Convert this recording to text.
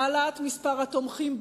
העלאת מספר התומכים באי-אמון,